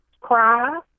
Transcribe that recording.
cry